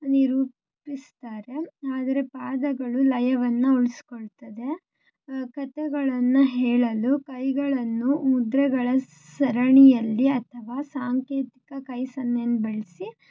ನಿರೂಪಿಸ್ತಾರೆ ಆದರೆ ಪಾದಗಳು ಲಯವನ್ನು ಉಳಿಸ್ಕೊಳ್ತದೆ ಕಥೆಗಳನ್ನು ಹೇಳಲು ಕೈಗಳನ್ನು ಮುದ್ರೆಗಳ ಸರಣಿಯಲ್ಲಿ ಅಥವಾ ಸಾಂಕೇತಿಕ ಕೈ ಸನ್ನೆಯನ್ನ ಬಳಸಿ